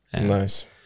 nice